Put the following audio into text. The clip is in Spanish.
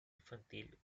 infantil